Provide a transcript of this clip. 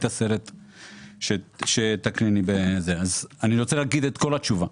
את הסרט שתקריני אני רוצה לומר את כל התשובה.